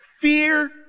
Fear